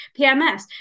pms